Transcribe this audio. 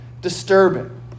disturbing